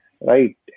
right